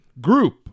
group